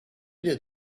did